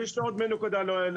יש לי עוד נקודה אחת.